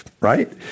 right